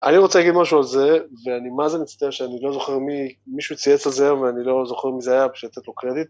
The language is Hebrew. אני רוצה להגיד משהו על זה, ואני מזל מצטער שאני לא זוכר מי, מישהו צייץ על זה, ואני לא זוכר מי זה היה, פשוט לתת לו קרדיט.